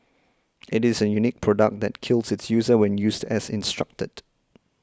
it is a unique product that kills its user when used as instructed